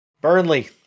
Burnley